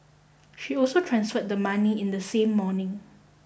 she also transferred the money in the same morning